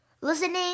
listening